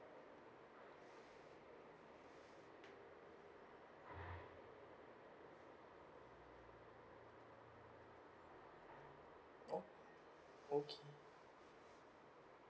oh okay